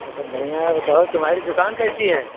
और सब बढ़िया है बताओ तुम्हारी दुकान कैसी है